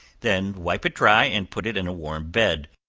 then wipe it dry and put it in a warm bed,